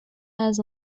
has